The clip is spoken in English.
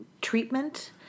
treatment